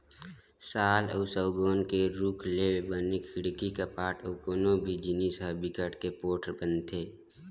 साल अउ सउगौन के रूख ले बने खिड़की, कपाट अउ कोनो भी जिनिस ह बिकट के पोठ बनथे